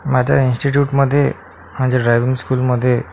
माझ्या इन्स्टिट्यूटमध्ये माझ्या ड्रायविंग स्कूलमध्ये